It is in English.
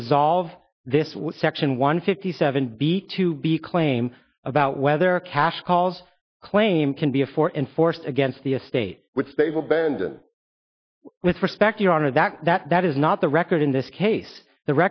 resolve this with section one fifty seven b to b claim about whether a cash calls claim can be a four enforced against the estate with stable bandon with respect your honor that that that is not the record in this case the